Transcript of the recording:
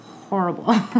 horrible